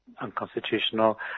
unconstitutional